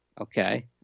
Okay